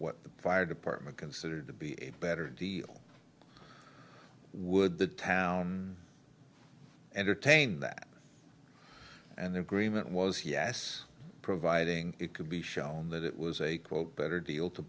what the fire department considered to be a better deal would the town entertain that and the green that was yes providing it could be shown that it was a quote better deal to